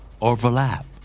Overlap